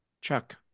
chuck